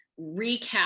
recap